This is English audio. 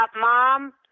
mom